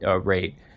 rate